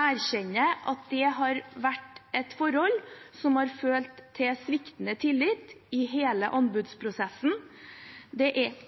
erkjenne at det har vært et forhold som har ført til sviktende tillit i hele anbudsprosessen. Det er